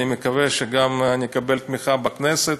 אני מקווה שגם נקבל תמיכה בכנסת,